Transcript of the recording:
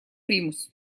примус